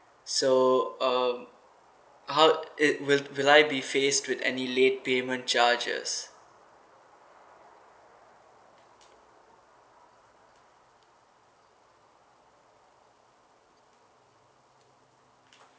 so um how it will will I be faced with any late payment charges